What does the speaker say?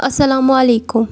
اَسَلامُ علیکُم